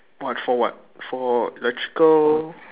what for what for electrical